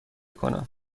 کنم